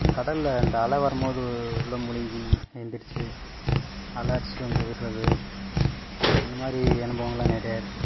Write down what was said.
கடலில் அந்த அலை வரும்போது உள்ளே முழுங்கி எந்திருச்சி அலை அடிச்சிவிட்டு வந்து விடுறது அந்த மாரி அனுபவங்கள்லாம் நிறையா இருக்கு